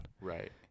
Right